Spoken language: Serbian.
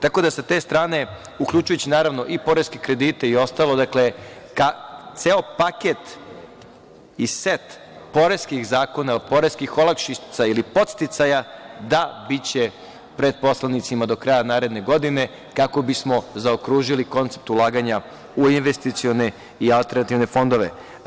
Tako da, sa te strane, uključujući, naravno, i poreske kredite i ostalo, ceo paket i set poreskih zakona, poreskih olakšica ili podsticaja, da, biće pred poslanicima naredne godine, kako bismo zaokružili koncept ulaganja u investicione i alternativne fondove.